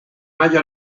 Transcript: mayo